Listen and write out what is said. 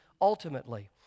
ultimately